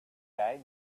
day